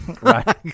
right